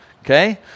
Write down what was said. Okay